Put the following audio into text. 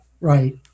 Right